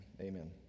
Amen